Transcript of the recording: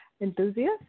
enthusiast